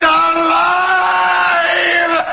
alive